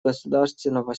государственного